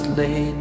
lay